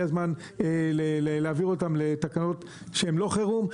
הזמן להעביר אותן לתקנות שהן לא חירום.